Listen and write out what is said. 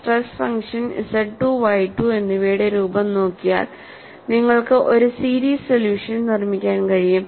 stress function ZII YII എന്നിവയുടെ രൂപം നോക്കിയാൽ നിങ്ങൾക്ക് ഒരു സീരീസ് സൊല്യൂഷൻ നിർമ്മിക്കാൻ കഴിയും